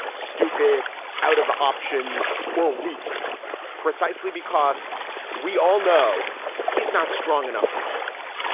stupid out of options or weak precisely because we all know he's not strong enough to handle that